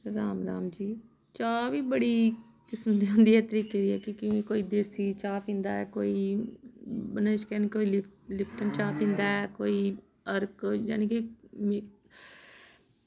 राम राम जी चाह् बी बड़ी किसम दी होंदी ऐ तरीके दी क्योंकि कोई देस्सी चाह् पींदा ऐ कोई बनशकें ओह्ली कोई लीपटन चाह् पींदा ऐ कोई होर कोई जानि केह्